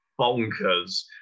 bonkers